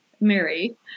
Mary